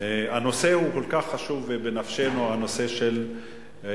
הנושא הוא כל כך חשוב, בנפשנו, הנושא של הילדים,